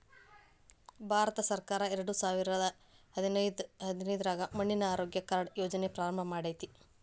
ಭಾರತಸರ್ಕಾರ ಎರಡಸಾವಿರದ ಹದಿನೈದ್ರಾಗ ಮಣ್ಣಿನ ಆರೋಗ್ಯ ಕಾರ್ಡ್ ಯೋಜನೆ ಪ್ರಾರಂಭ ಮಾಡೇತಿ